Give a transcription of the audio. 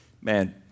Man